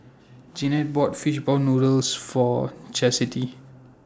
Jeannette bought Fishball Noodles For Chasity